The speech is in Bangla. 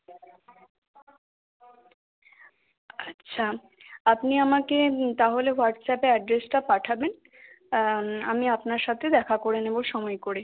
আচ্ছা আপনি আমাকে তাহলে হোয়াটসঅ্যাপে অ্যাড্রেসটা পাঠাবেন আমি আপনার সাথে দেখা করে নেবো সময় করে